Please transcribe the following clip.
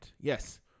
yes